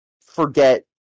forget